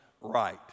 right